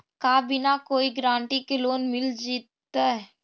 का बिना कोई गारंटी के लोन मिल जीईतै?